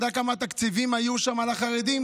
אתה יודע כמה תקציבים היו שם לחרדים?